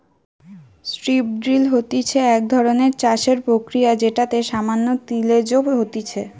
strip drill হতিছে এক ধরণের চাষের প্রক্রিয়া যেটাতে সামান্য তিলেজ হতিছে